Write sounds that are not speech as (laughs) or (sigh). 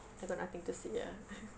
I got nothing to say ah (laughs)